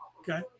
Okay